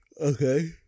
Okay